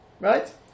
Right